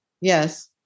Yes